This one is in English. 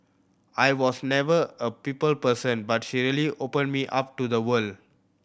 I was never a people person but she really opened me up to the world